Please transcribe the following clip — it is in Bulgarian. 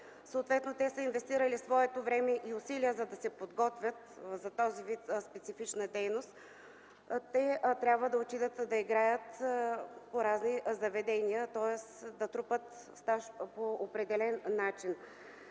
съответно те са инвестирали своето време и усилия, да се подготвят за този вид специфична дейност, трябва да отидат да играят по разни заведения и трупат стаж по определен начин.